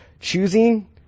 choosing